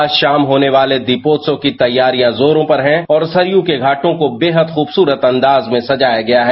आज शाम होने वाले दीपोत्सव की तैयारियां जोरो पर हैं और सरय के घाटों को बेहद खबसुरत अंदाज में सजाया गया है